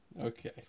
Okay